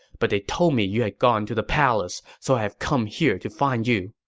but they told me you had gone to the palace, so i've come here to find you.